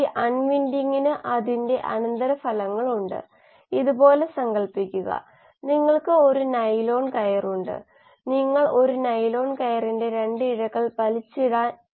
കൂടാതെ കോശത്തിൽ സംഭവിക്കുന്ന ഈ കൂട്ടം പ്രതിപ്രവർത്തനങ്ങൾ അതായത് സാങ്കൽപ്പിക പ്രതിപ്രവർത്തനങ്ങൾ എന്നിവ നമുക്ക് പരിഗണിക്കാം പക്ഷേ മെറ്റബോളിക് ഫ്ലക്സ് വിശകലനത്തിന്റെ തത്വങ്ങൾ മനസിലാക്കാൻ ഇവ നല്ലതാണ്